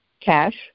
cash